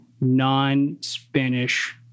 non-Spanish